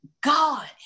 God